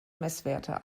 messwerte